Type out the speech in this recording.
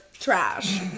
trash